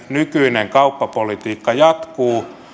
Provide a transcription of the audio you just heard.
nykyinen sääntöperusteinen kauppapolitiikka jatkuu